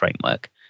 framework